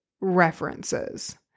references